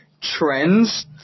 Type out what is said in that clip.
trends